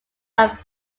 are